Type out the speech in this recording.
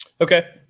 Okay